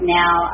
now